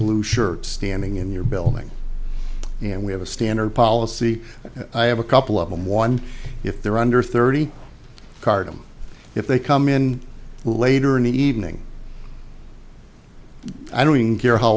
blue shirt standing in your building and we have a standard policy i have a couple of them one if they're under thirty card i'm if they come in later in the evening i don't care how